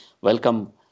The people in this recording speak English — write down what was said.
welcome